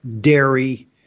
dairy